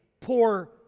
poor